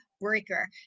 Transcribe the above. Breaker